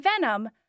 venom